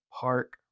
park